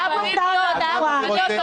התעוררתם באופוזיציה.